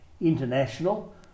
international